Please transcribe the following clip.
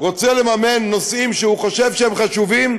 הוא רוצה לממן נושאים שהוא חושב שהם חשובים,